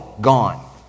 Gone